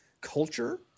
culture